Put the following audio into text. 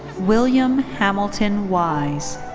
william hamilton wise.